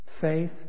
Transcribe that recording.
faith